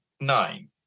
Nine